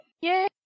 Yay